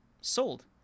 sold